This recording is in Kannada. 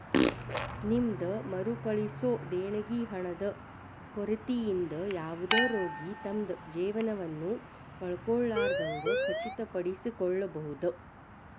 ನಿಮ್ದ್ ಮರುಕಳಿಸೊ ದೇಣಿಗಿ ಹಣದ ಕೊರತಿಯಿಂದ ಯಾವುದ ರೋಗಿ ತಮ್ದ್ ಜೇವನವನ್ನ ಕಳ್ಕೊಲಾರ್ದಂಗ್ ಖಚಿತಪಡಿಸಿಕೊಳ್ಬಹುದ್